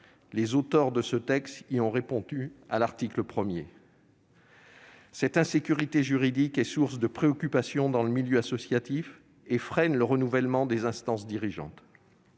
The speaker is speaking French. Les auteurs de ce texte y ont répondu à l'article 1. Cette insécurité juridique est source de préoccupations dans le milieu associatif et freine le renouvellement des instances dirigeantes.